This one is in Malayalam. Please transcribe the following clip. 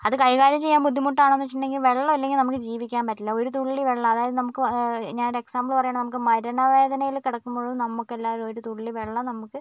അത് കൈകാര്യം ചെയ്യാൻ ബുദ്ധിമുട്ടാണെന്ന് വെച്ചിട്ടുണ്ടെങ്കിൽ വെള്ളം ഇല്ലെങ്കിൽ നമുക്ക് ജീവിക്കാൻ പറ്റില്ല ഒരു തുള്ളി വെള്ളം അതായത് നമുക്ക് ഞാൻ ഒരു എക്സാമ്പിൾ പറയുകയാണെങ്കിൽ നമുക്ക് മരണ വേദനയിൽ കിടക്കുമ്പോഴും നമുക്ക് ഒരു എല്ലാവരും തുള്ളി വെള്ളം നമുക്ക്